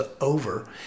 over